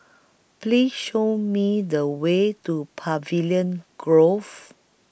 Please Show Me The Way to Pavilion Grove